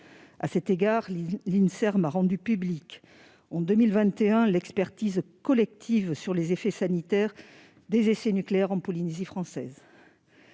médicale (Inserm) a rendu publique en 2021 l'expertise collective sur les effets sanitaires des essais nucléaires en Polynésie française.